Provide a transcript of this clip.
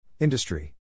Industry